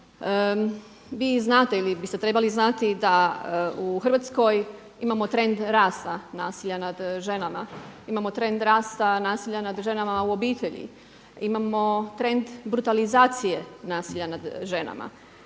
Vi znate ili biste trebali znati da u Hrvatskoj imamo trend rasta nasilja nad ženama, imamo trend rasta nasilja nad ženama u obitelji, imamo trend brutalizacije nasilja nad ženama.